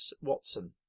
Watson